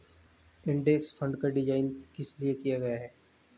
Index fund का design किस लिए किया गया है?